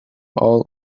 all